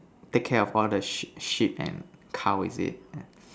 take care of all the sheep sheep and cow is it